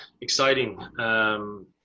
exciting